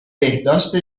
بهداشت